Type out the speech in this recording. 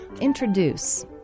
introduce